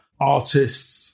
artists